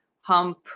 hump